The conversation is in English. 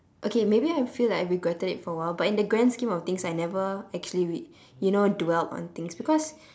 okay maybe I feel like I regretted it for a while but in the grand scheme of things I never actually read you know dwelled on things because